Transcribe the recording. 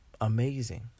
Amazing